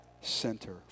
center